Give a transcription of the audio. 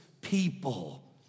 people